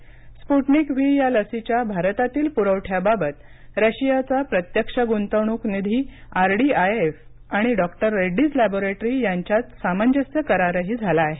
Sputnik V या लसीच्या भारतातील प्रवठ्याबाबत रशियाचा प्रत्यक्ष गुंतवणूक निधी आरडीआयएफ आणि डॉक्टर रेड्डीज लॅबोरेटरी यांच्यात सामंजस्य करारही झाला आहे